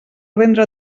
vendre